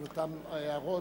על אותן הערות.